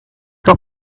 got